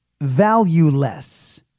valueless